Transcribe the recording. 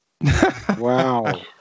Wow